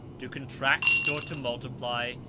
to contract, or to multiply,